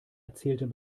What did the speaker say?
erzählten